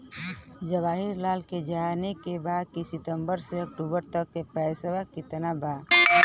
जवाहिर लाल के जाने के बा की सितंबर से अक्टूबर तक के पेसवा कितना बा?